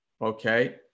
okay